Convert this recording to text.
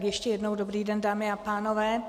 Ještě jednou dobrý den, dámy a pánové.